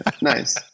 nice